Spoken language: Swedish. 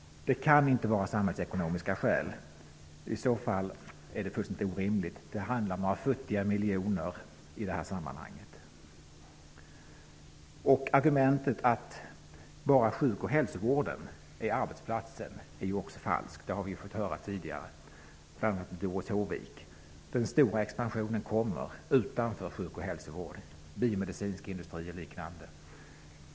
Det kan inte vara samhällsekonomiska skäl bakom detta. I så fall är det fullständigt orimligt. Det handlar om några futtiga miljoner i detta sammanhang. Argumentet att bara sjuk och hälsovården är arbetsplatsen är också falskt. Det har vi fått höra tidigare, bl.a. av Doris Håvik. Den stora expansionen kommer utanför sjuk och hälsovården -- biomedicinsk industri och liknande.